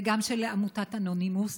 וגם של עמותת אנונימוס,